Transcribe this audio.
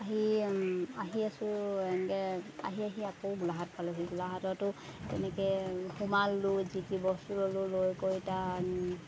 আহি আহি আছোঁ এনেকৈ আহি আহি আকৌ গোলাঘাট পালোঁহি গোলাঘাটতো তেনেকৈ সোমালোঁ যি টি বস্তু ল'লোঁ লৈ কৰি তাত